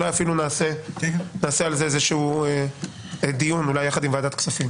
אולי נעשה על זה דיון יחד עם ועדת כספים.